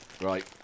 Right